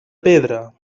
pedra